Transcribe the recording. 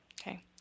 Okay